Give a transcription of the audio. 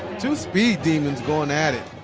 two speed demons going at it.